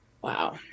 Wow